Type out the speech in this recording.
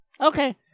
Okay